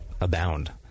abound